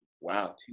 Wow